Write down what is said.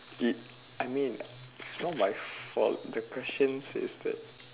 it I mean it's not my fault the questions says that